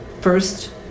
First